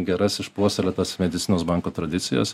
geras išpuoselėtas medicinos banko tradicijas